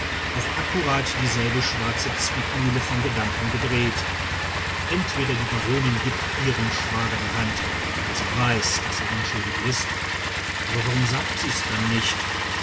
auch akkurat dieselbe schwarze zwickmühle von gedanken gedreht entweder die baronin gibt ihrem schwager die hand weil sie weiß daß er unschuldig ist aber warum sagt sie's dann nicht